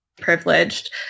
privileged